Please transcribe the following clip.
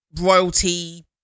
royalty